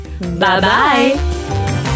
Bye-bye